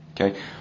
Okay